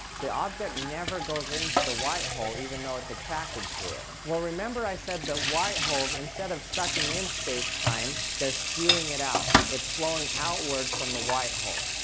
the object never goes into the white hole even though it's attracted to it. well remember i said that the white holes, instead of sucking in space-time they're spewing it out, it's flowing outward from the white hole,